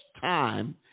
time